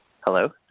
hello